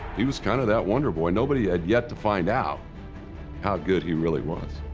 he was kind of that wonder boy. nobody had yet to find out how good he really was.